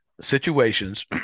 situations